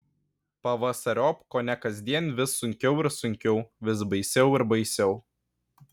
pavasariop kone kasdien vis sunkiau ir sunkiau vis baisiau ir baisiau